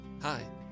Hi